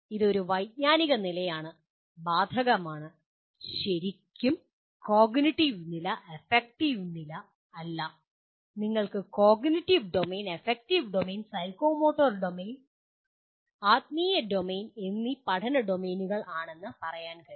ഇത് ഒരു വൈജ്ഞാനിക നിലയാണ് ബാധകമാണ് ഇത് ശരിക്കും കോഗ്നിറ്റീവ് നില അഫക്റ്റീവ് നില അല്ല നിങ്ങൾക്ക് cognitive domain affective domain psychomotor domain ആത്മീയ ഡൊമെയ്ൻ എന്നീ പഠന ഡൊമെയ്നുകൾ ആണെന്ന് പറയാൻ കഴിയും